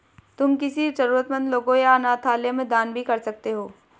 तुम किसी जरूरतमन्द लोगों या अनाथालय में दान भी कर सकते हो